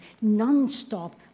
non-stop